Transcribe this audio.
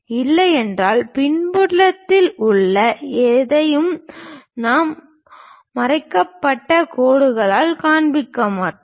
இல்லையெனில் பின்புறத்தில் உள்ள எதையும் நாம் மறைக்கப்பட்ட கோடுகளால் காண்பிக்க மாட்டோம்